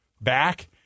back